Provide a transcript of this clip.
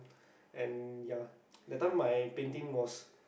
and ya that time my painting was